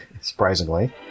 surprisingly